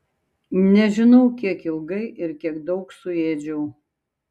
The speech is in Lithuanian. nežinau kiek ilgai ir kiek daug suėdžiau